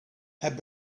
had